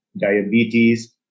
diabetes